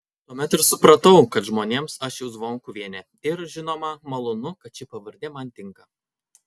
tuomet ir supratau kad žmonėms aš jau zvonkuvienė ir žinoma malonu kad ši pavardė man tinka